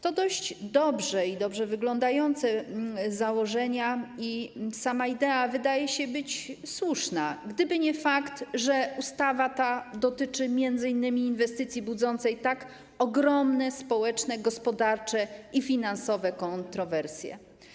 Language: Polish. To dość dobrze wyglądające założenia i sama idea wydaje się słuszna, gdyby nie fakt, że ustawa ta dotyczy m.in. inwestycji budzącej tak ogromne społeczne, gospodarcze i finansowe kontrowersje.